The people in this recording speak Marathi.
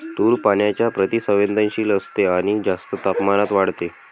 तूर पाण्याच्या प्रति संवेदनशील असते आणि जास्त तापमानात वाढते